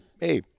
hey